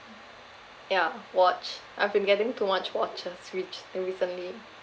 ya watch I've been getting too much watches which uh recently